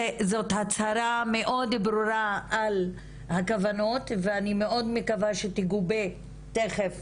זאת הצהרה מאוד ברורה על הכוונות ואני מאוד מקווה שתגובה תיכף